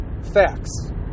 facts